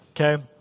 okay